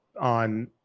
on